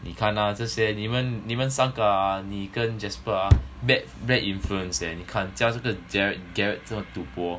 你看 lah 这些你们你们三个 ah 你跟 jasper ah bad bad influence eh 你看教这个 gerard gerard 赌博